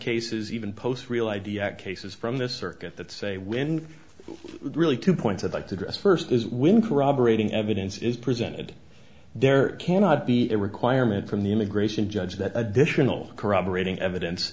cases even post real id act cases from this circuit that say when really two points i'd like to dress first is when corroborating evidence is presented there cannot be a requirement from the immigration judge that additional corroborating evidence